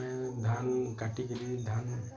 ଆମେ ଧାନ କାଟିକରି ଧାନ